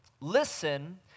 listen